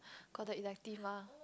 got the elective lah